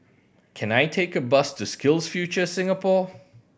can I take a bus to SkillsFuture Singapore